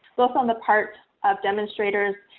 both on the part of demonstrators,